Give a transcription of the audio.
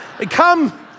Come